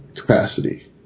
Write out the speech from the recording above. capacity